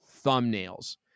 thumbnails